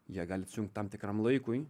jie gali atsijungt tam tikram laikui